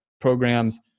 programs